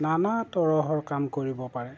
নানা তৰহৰ কাম কৰিব পাৰে